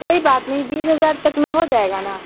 کوئی بات نہیں بیس ہزار تک میں ہو جائے گا نا